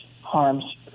harms